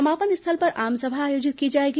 समापन स्थल पर आमसभा आयोजित की जाएगी